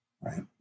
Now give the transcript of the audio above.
right